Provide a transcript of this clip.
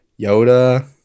Yoda